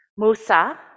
Musa